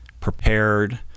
prepared